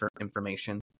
information